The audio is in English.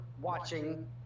watching